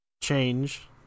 change